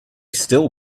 still